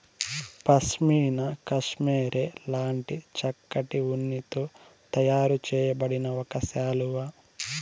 pashmina cashmere లాంటి చక్కటి ఉన్నితో తయారు చేయబడిన ఒక శాలువా